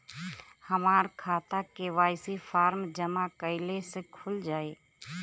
हमार खाता KYC form जमा कइले से खुल जाई?